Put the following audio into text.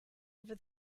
over